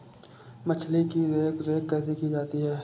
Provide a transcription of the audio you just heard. मछली की देखरेख कैसे की जाती है?